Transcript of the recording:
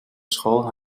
school